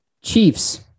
Chiefs